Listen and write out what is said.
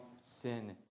sin